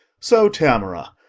so tamora.